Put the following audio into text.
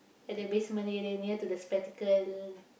at the basement area near to the spectacle